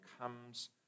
comes